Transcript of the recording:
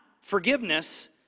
forgiveness